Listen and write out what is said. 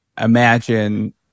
imagine